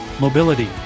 Mobility